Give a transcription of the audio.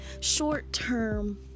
short-term